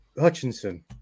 Hutchinson